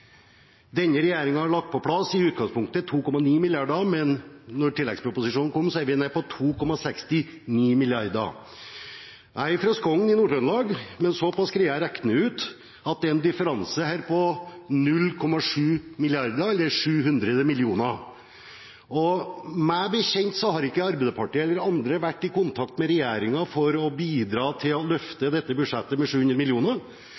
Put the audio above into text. Denne regjeringen har lagt på plass i utgangspunktet 2,9 mrd. kr, men etter at tilleggsproposisjonen kom, er vi nede på 2,69 mrd. kr. Jeg er fra Skogn i Nord-Trøndelag, men såpass greier jeg å regne ut at her er det en differanse på 0,7 mrd. kr, eller 700 mill. kr. Og meg bekjent har ikke Arbeiderpartiet eller andre vært i kontakt med regjeringen for å bidra til å løfte dette budsjettet med 700